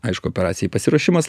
aišku operacijai pasiruošimas